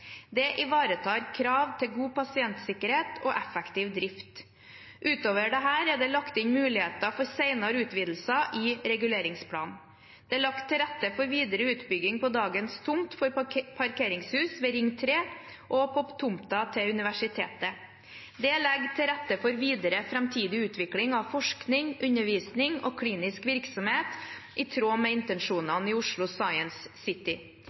Det ivaretar krav til god pasientsikkerhet og effektiv drift. Utover dette er det lagt inn muligheter for senere utvidelser i reguleringsplanen. Det er lagt til rette for videre utbygging på dagens tomt for parkeringshus ved Ring 3 og på tomten til universitetet. Det legger til rette for videre, framtidig utvikling av forskning, undervisning og klinisk virksomhet i tråd med